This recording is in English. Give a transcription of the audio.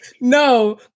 No